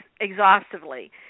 exhaustively